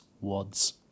wads